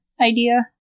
idea